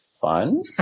fun